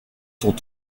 sont